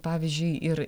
pavyzdžiui ir